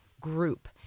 group